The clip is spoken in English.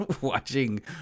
watching